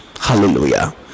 Hallelujah